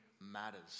matters